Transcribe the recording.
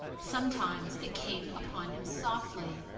sometimes it came upon him softly,